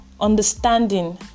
understanding